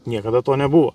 niekada to nebuvo